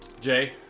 Jay